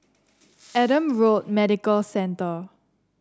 Adam Road Medical Centre